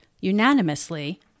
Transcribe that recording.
unanimously